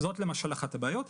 זאת למשל אחת הבעיות.